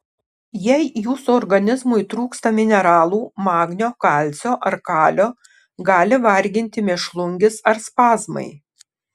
jei jūsų organizmui trūksta mineralų magnio kalcio ar kalio gali varginti mėšlungis ar spazmai